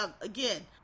again